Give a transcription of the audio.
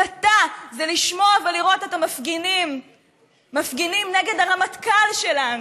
הסתה זה לשמוע ולראות את המפגינים מפגינים נגד הרמטכ"ל שלנו,